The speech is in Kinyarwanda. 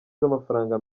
z’amafaranga